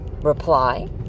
reply